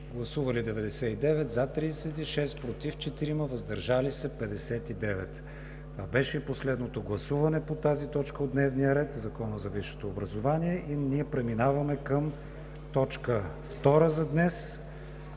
представители: за 36, против 4, въздържали се 59. Това беше последното гласуване по тази точка от дневния ред – Законът за висшето образование. Преминаваме към точка втора за днес: